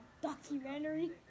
documentary